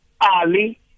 Ali